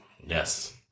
Yes